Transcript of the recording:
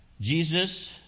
Jesus